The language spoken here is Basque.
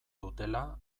dutela